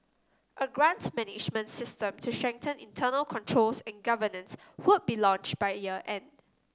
a grant management system to strengthen internal controls and governance would be launched by year end